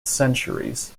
centuries